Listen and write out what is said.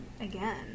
again